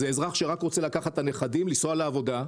זה אזרח שרק רוצה לקחת את הנכדים ולנסוע לעבודה.